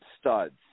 studs